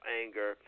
anger